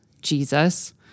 Jesus